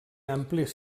àmplies